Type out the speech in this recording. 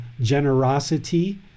generosity